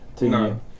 No